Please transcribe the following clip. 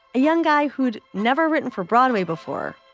a young guy who'd never written for broadway before.